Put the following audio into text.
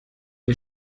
die